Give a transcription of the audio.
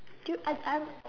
do you I'm I'm